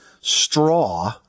straw